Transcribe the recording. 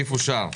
הסעיף אושר.